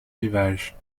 rivages